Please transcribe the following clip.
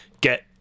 get